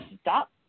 stop